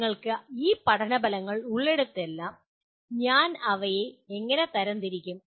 നിങ്ങൾക്ക് ഈ പഠന ഫലങ്ങൾ ഉള്ളിടത്തെല്ലാം ഞാൻ അവയെ എങ്ങനെ തരം തിരിക്കും